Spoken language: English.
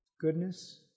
goodness